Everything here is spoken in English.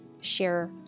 share